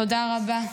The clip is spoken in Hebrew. תודה רבה.